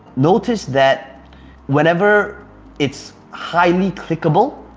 notice that whenever it's highly clickable,